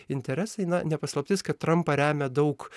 interesai na ne paslaptis kad trampą remia daug